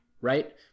right